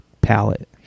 palette